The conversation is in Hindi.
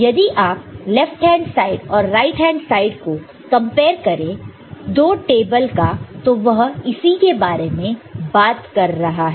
यदि आप लेफ्ट हैंड साइड और राइट हैंड साइड को कमपर करें 2 टेबल का तो वह इसी के बारे में बात कर रहा है